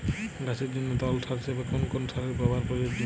গাছের জন্য তরল সার হিসেবে কোন কোন সারের ব্যাবহার প্রযোজ্য?